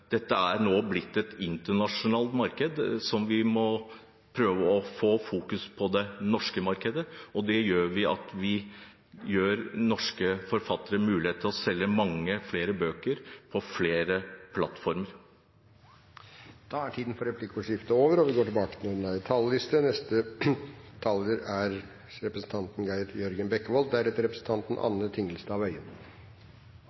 nå er blitt et internasjonalt marked: Vi må prøve å få fokus på det norske markedet, og det gjør vi ved at vi gir norske forfattere mulighet til å selge mange flere bøker på flere plattformer. Replikkordskiftet er over. Omsetning av bøker er et marked, men reguleringen av dette markedet er mer enn næringspolitikk. Det er